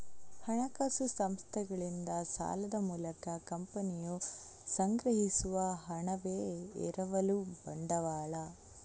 ಹಣಕಾಸು ಸಂಸ್ಥೆಗಳಿಂದ ಸಾಲದ ಮೂಲಕ ಕಂಪನಿಯು ಸಂಗ್ರಹಿಸುವ ಹಣವೇ ಎರವಲು ಬಂಡವಾಳ